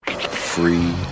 Free